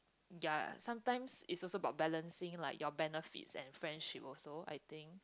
ya sometimes it's also about balancing like your benefits and friendship also I think